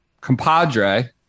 compadre